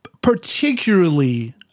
particularly